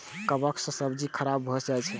कवक सं सब्जी खराब भए जाइ छै